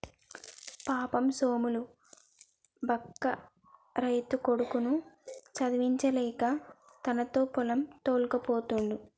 పాపం సోములు బక్క రైతు కొడుకుని చదివించలేక తనతో పొలం తోల్కపోతుండు